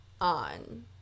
On